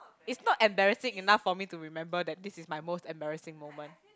is not embarrassing enough for me to remember that this is my most embarrassing moment